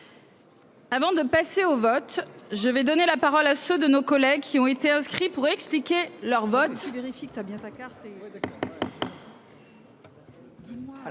Avant de passer au vote. Je vais donner la parole à ceux de nos collègues qui ont été inscrits pour expliquer leur vote.